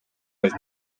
was